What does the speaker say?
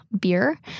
beer